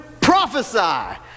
Prophesy